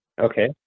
Okay